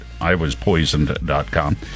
iwaspoisoned.com